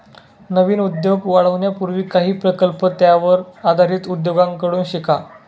नवीन उद्योग वाढवण्यापूर्वी काही प्रकल्प त्यावर आधारित उद्योगांकडून शिका